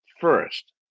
first